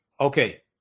Okay